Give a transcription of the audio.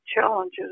challenges